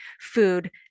food